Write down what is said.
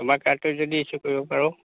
তোমাৰ কাৰ্ডটো যদি ইচ্ছ্যু কৰিব পাৰোঁ